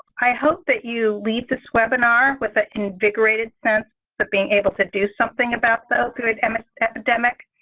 i hope that you leave this webinar with an invigorated sense of being able to do something about the opioid um ah epidemic,